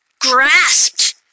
grasped